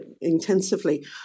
intensively